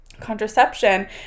contraception